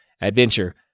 adventure